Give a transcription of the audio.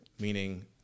Meaning